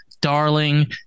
Darling